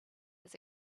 his